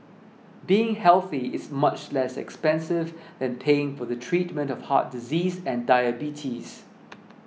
being healthy is much less expensive than paying for the treatment of heart disease and diabetes